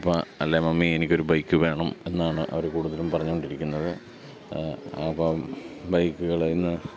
അപ്പ അല്ലേ മമ്മി എനിക്ക് ഒരു ബൈക്ക് വേണം എന്നാണ് അവർ കൂടുതലും പറഞ്ഞു കൊണ്ടിരിക്കുന്നത് അപ്പം ബൈക്കുകളെന്ന്